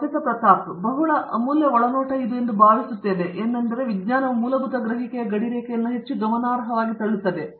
ಪ್ರತಾಪ್ ಹರಿಡೋಸ್ ಅದು ಪ್ರಕ್ರಿಯೆಯ ಬಗ್ಗೆ ಬಹಳ ಅಮೂಲ್ಯ ಒಳನೋಟ ಎಂದು ನಾನು ಭಾವಿಸುತ್ತೇನೆ